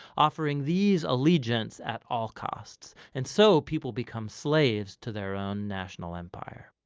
offering these allegiances at all costs and so people become slaves to their own national empire.